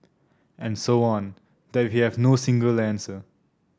and so on that we have no single answer